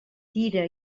tira